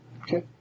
Okay